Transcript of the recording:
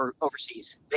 overseas